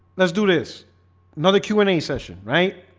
let's do this another q and a session, right?